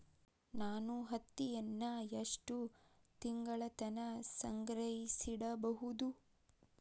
ನಾನು ಹತ್ತಿಯನ್ನ ಎಷ್ಟು ತಿಂಗಳತನ ಸಂಗ್ರಹಿಸಿಡಬಹುದು?